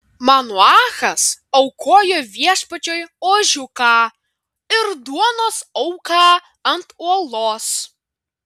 manoachas aukojo viešpačiui ožiuką ir duonos auką ant uolos